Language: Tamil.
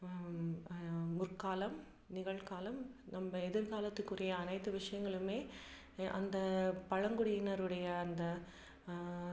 முற்காலம் நிகழ்காலம் நம்ப எதிர்காலத்துக்குரிய அனைத்து விஷயங்களுமே அந்த பழங்குடியினருடைய அந்த